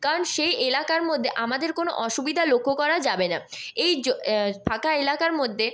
কারণ সেই এলাকার মধ্যে আমাদের কোনো অসুবিধা লক্ষ্য করা যাবে না এই ফাঁকা এলাকার মধ্যে